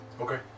Okay